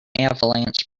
avalanche